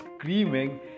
screaming